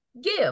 give